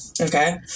okay